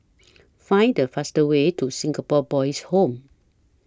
Find The fastest Way to Singapore Boys' Home